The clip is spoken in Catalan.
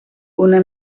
una